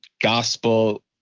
gospel